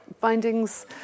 findings